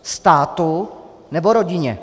Státu, nebo rodině?